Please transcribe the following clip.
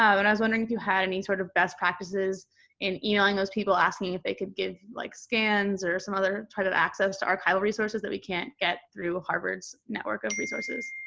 and i was wondering if you had any sort of best practices in emailing those people, asking if they could give like scans or some other type of access to archival resources that we can't get through harvard's network of resources.